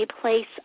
place